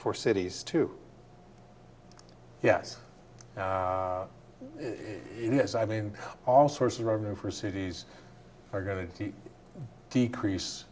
for cities to yes in this i mean all source of revenue for cities are going to decrease